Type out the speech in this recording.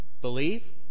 believe